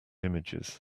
images